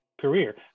career